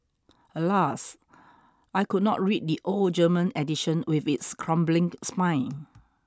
alas I could not read the old German edition with its crumbling spine